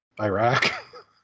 Iraq